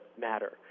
matter